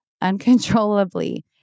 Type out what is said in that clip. uncontrollably